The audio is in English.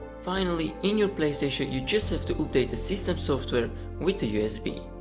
finally, in your playstation, you just have to update the system software with the usb.